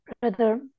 brother